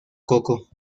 coco